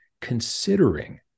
considering